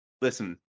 listen